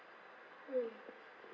mm